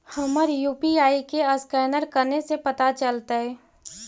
हमर यु.पी.आई के असकैनर कने से पता चलतै?